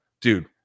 dude